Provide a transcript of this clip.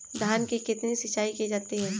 धान में कितनी सिंचाई की जाती है?